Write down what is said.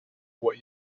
what